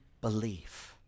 belief